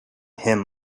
him